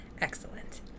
Excellent